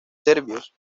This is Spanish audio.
serbios